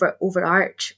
overarch